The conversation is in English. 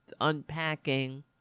unpacking